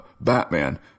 Batman